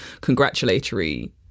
congratulatory